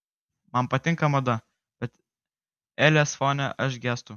man patinka mada bet elės fone aš gęstu